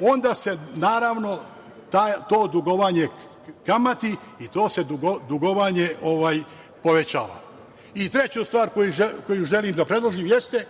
onda se naravno to dugovanje kamati i to se dugovanje povećava. Treća stvar koju želim da predložim jeste,